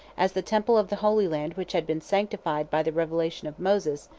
as the temple of the holy land which had been sanctified by the revelation of moses,